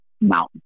mountain